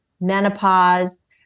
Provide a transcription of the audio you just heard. menopause